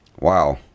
Wow